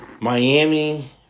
Miami